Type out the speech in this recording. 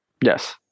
Yes